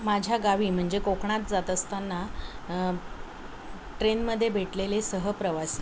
माझ्या गावी म्हणजे कोकणात जात असताना ट्रेनमध्ये भेटलेले सह प्रवासी